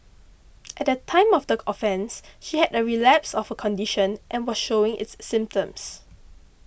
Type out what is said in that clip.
at the time of the offence she had a relapse of her condition and was showing its symptoms